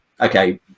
okay